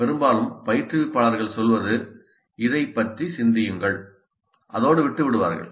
பெரும்பாலும் பயிற்றுவிப்பாளர்கள் சொல்வது "இதைப் பற்றி சிந்தியுங்கள்" அதோடு விட்டு விடுவார்கள்